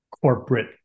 corporate